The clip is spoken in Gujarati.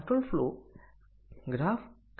તેથી આપણે આ શોધીએ છીએ